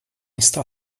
está